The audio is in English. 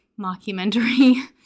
mockumentary